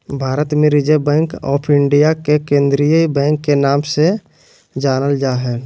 भारत मे reserve bank of India के केंद्रीय बैंक के नाम से जानल जा हय